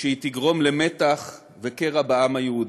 שהיא תגרום למתח וקרע בעם היהודי.